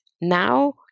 now